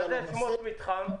מה זה שמות מתחם?